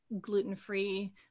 gluten-free